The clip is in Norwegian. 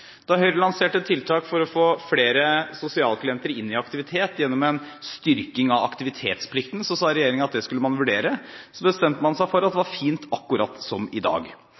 Da Høyre lanserte tiltak for å få flere sosialklienter inn i aktivitet gjennom en styrking av aktivitetsplikten, sa regjeringen at det skulle man vurdere. Så bestemte man seg for at det var fint, akkurat som i dag.